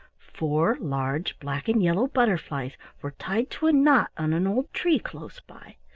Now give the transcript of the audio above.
four large black-and-yellow butterflies were tied to a knot on an old tree close by,